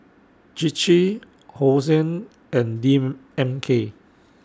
Chir Chir Hosen and D M K